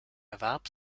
erwarb